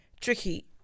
tricky